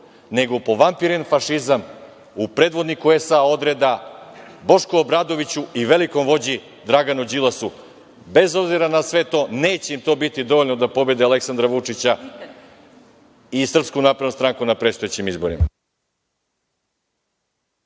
nego povampiren fašizam u predvodniku SA odreda Bošku Obradoviću i velikom vođi Draganu Đilasu. Bez obzira na sve to neće im to biti dovoljno da pobede Aleksandra Vučića i SNS na predstojećim izborima.